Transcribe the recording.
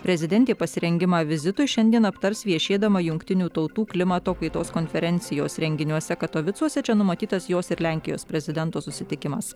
prezidentė pasirengimą vizitui šiandien aptars viešėdama jungtinių tautų klimato kaitos konferencijos renginiuose katovicuose čia numatytas jos ir lenkijos prezidento susitikimas